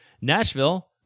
nashville